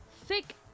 thick